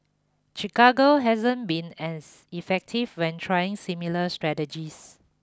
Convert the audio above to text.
Chicago hasn't been as effective when trying similar strategies